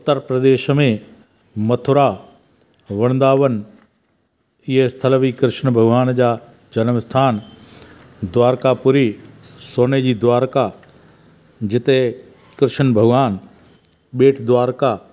उत्तर प्रदेश में मथुरा वृंदावन इहा स्थल बि किशनु भॻवान जो जनमु आस्थानु द्वारकापुरी सोने जी द्वारका जिते किशनु भॻवान बेट द्वारका